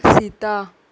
Sita